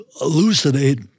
elucidate